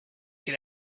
get